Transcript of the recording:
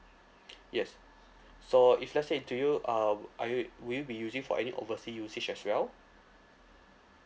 yes so if let's say do you um are you will you be using for any oversea usage as well